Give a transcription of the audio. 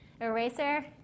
eraser